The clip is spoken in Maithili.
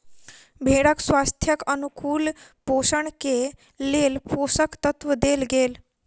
भेड़क स्वास्थ्यक अनुकूल पोषण के लेल पोषक तत्व देल गेल